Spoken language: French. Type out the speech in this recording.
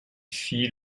fit